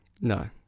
No